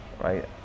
right